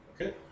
Okay